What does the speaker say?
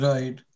Right